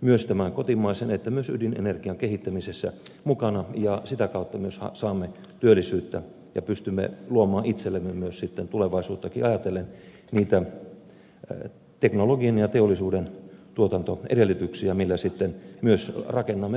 myös tämän kotimaisen että myös ydinenergian kehittämisessä mukana ja sitä kautta myös saamme työllisyyttä ja pystymme luomaan itsellemme myös sitten tulevaisuuttakin ajatellen niitä teknologian ja teollisuuden tuotantoedellytyksiä millä sitten myös rakennamme vientiteollisuutta